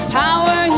power